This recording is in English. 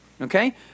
Okay